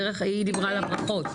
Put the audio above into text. דרך, היא דיברה על הברחות,